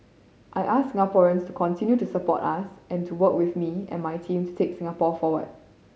I ask Singaporeans to continue to support us and to work with me and my team to take Singapore forward